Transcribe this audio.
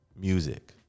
music